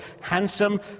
handsome